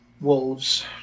Wolves